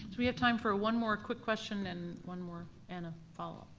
we have time for one more quick question and one more, and a follow-up.